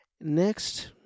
next